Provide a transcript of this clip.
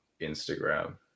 Instagram